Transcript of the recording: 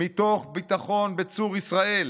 "מתוך ביטחון בצור ישראל